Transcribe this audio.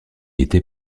était